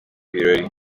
birori